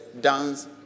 dance